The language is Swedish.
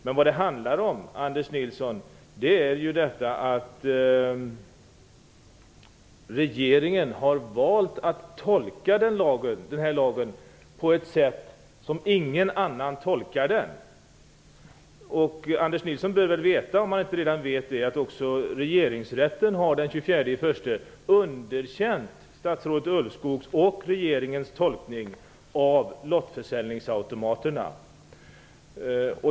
Men vad det handlar om, Anders Nilsson, är ju att regeringen har valt att tolka denna lag på ett sätt som ingen annan tolkar den. Anders Nilsson bör ju veta - om han inte redan gör det - att regeringsrätten underkände den 21 januari statsrådets Ulvskogs och regeringens tolkning när det gäller lottförsäljningsautomaterna.